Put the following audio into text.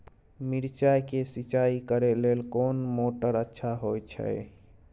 मिर्चाय के सिंचाई करे लेल कोन मोटर अच्छा होय छै?